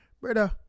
brother